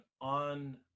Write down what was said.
on